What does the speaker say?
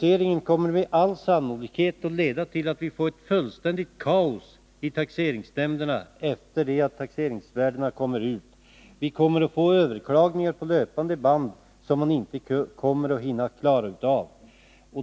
Denna taxering kommer med all sannolikhet att leda till att vi får ett fullständigt kaos i taxeringsnämnderna efter det att taxeringsvärdena kommer ut. Vi kommer att få överklaganden på löpande band, som inte hinner klaras av.